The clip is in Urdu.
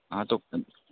ہاں تو